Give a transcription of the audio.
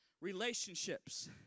relationships